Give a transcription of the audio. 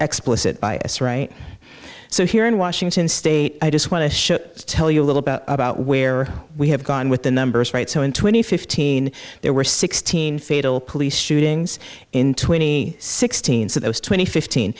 explicit bias right so here in washington state i just want to show tell you a little bit about where we have gone with the numbers right so in twenty fifteen there were sixteen fatal police shooting in twenty sixteen so those twenty fifteen